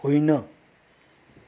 होइन